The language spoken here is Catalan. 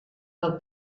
del